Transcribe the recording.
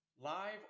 live